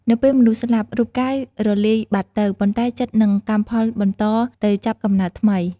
នៅពេលមនុស្សស្លាប់ រូបកាយរលាយបាត់ទៅ ប៉ុន្តែចិត្តនិងកម្មផលបន្តទៅចាប់កំណើតថ្មី។